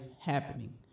happening